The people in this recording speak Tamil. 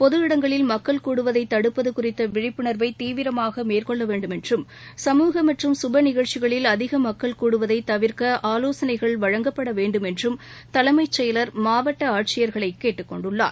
பொது இடங்களில் மக்கள் கூடுவதை தடுப்பது குறித்த விழிப்புணர்வை தீவிரமாக மேற்கொள்ள வேண்டும் என்றும் சமூக மற்றும் சுப நிகழ்ச்சிகளில் அதிக மக்கள் கூடுவதை தவிர்க்க ஆவோசனைகள் வழங்கப்பட வேண்டும் என்றும் தலைமை செயலர் மாவட்ட ஆட்சியர்களை கேட்டுக்கொண்டுள்ளார்